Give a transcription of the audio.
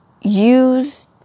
use